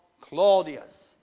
Claudius